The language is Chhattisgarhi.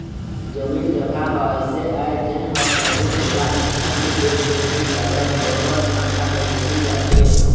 जमीन जघा ह अइसे आय जेन ह कभू तोला नुकसानी दे के नई जावय बरोबर मुनाफा देके ही जाथे